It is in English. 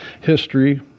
history